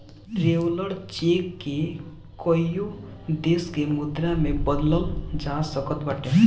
traveller cheque के कईगो देस के मुद्रा में बदलल जा सकत बाटे